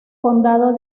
condado